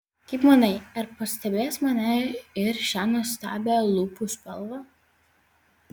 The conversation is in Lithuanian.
kaip manai ar pastebės mane ir šią nuostabią lūpų spalvą